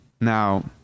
Now